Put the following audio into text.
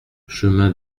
chemin